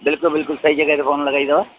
बिल्कुलु बिल्कुलु सही जॻहि ते फोन लॻाई अथव